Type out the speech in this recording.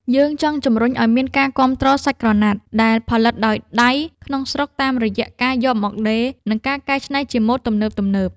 យើងចង់ជម្រុញឱ្យមានការគាំទ្រសាច់ក្រណាត់ដែលផលិតដោយដៃក្នុងស្រុក តាមរយៈការយកមកដេរ និងការកែច្នៃជាម៉ូដទំនើបៗ។